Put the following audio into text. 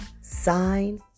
sign